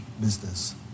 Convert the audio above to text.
business